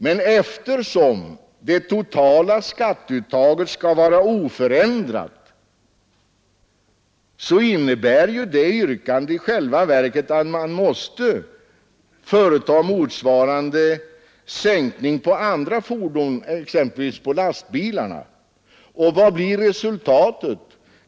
Men eftersom det totala skatteuttaget skall vara oförändrat innebär det yrkandet i själva verket att man måste företa motsvarande sänkning av skatten på andra fordon, exempelvis på lastbilar. Och vad blir resultatet?